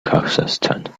kasachstan